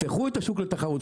תפתחו את השוק לתחרות,